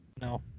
No